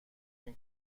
این